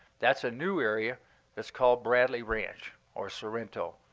that's a new area that's called bradley ranch, or sorrento.